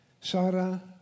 Sarah